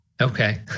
Okay